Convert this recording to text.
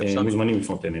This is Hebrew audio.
הם מוזמנים לפנות אלינו.